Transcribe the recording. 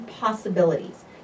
possibilities